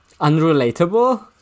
unrelatable